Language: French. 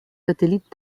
satellites